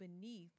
beneath